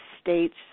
states